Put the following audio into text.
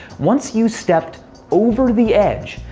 once you stepped over the edge,